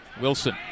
Wilson